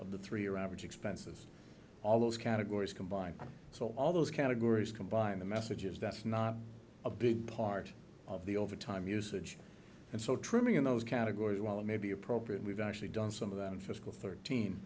of the three year average expenses all those categories combined so all those categories combined the messages that's not a big part of the overtime usage and so trimming in those categories while it may be appropriate we've actually done some of that in fiscal thirteen